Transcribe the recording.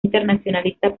internacionalista